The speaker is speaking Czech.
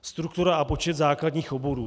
Struktura a počet základních oborů.